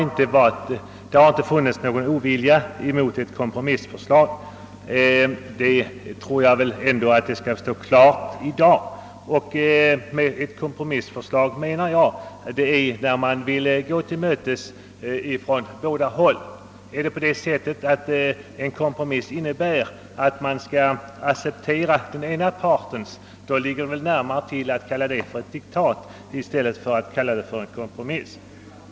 Det har inte funnits någon ovilja mot ett kompromissförslag från mittenpartiernas sida — det tror jag väl ändå står klart i dag. Med ett kompromissförslag menar jag ett förslag där man från båda håll går varandra till mötes. Anser man att den ena partens förslag skall accepteras oförändrat av den andra ligger det väl närmare tillhands att kalla det för ett diktat och inte för en kompromiss.